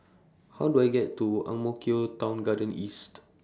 How Do I get to Ang Mo Kio Town Garden East